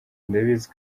ndabizi